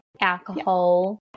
alcohol